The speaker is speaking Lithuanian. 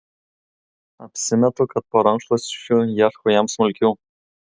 apsimetu kad po rankšluosčiu ieškau jam smulkių